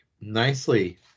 nicely